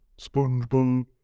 SpongeBob